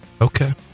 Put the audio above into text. Okay